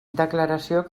declaració